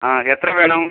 ആ എത്ര വേണം